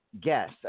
guess